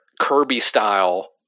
Kirby-style